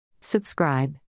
Subscribe